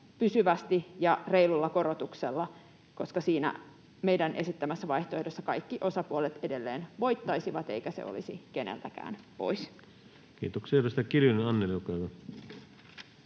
pysyvästi ja reilulla korotuksella, koska siinä meidän esittämässämme vaihtoehdossa kaikki osapuolet edelleen voittaisivat eikä se olisi keneltäkään pois. [Speech